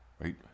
right